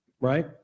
right